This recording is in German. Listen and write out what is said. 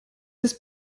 ist